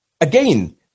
Again